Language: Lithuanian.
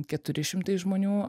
keturi šimtai žmonių